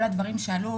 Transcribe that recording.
כל הדברים שעלו,